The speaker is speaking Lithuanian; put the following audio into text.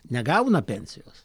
negauna pensijos